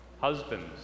Husbands